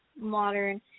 modern